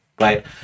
right